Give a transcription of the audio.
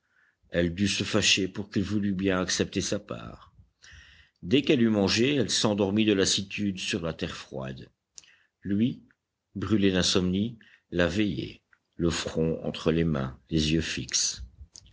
elle dut se fâcher pour qu'il voulût bien accepter sa part dès qu'elle eut mangé elle s'endormit de lassitude sur la terre froide lui brûlé d'insomnie la veillait le front entre les mains les yeux fixes